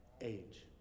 age